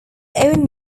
own